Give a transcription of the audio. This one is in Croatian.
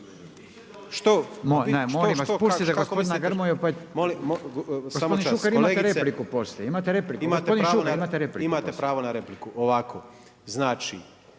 molim vas, pustite gospodina Grmoju. Gospodine Šuker imate repliku poslije, imate repliku, gospodin